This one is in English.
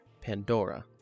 Pandora